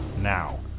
now